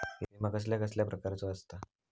विमा कसल्या कसल्या प्रकारचो असता?